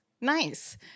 Nice